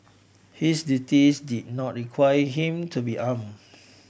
his duties did not require him to be arm